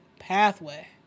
pathway